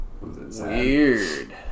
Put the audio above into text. weird